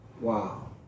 Wow